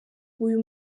uyu